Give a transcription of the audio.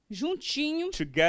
juntinho